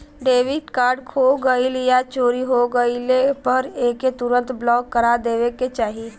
debit card खो गइल या चोरी हो गइले पर एके तुरंत ब्लॉक करा देवे के चाही